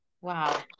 Wow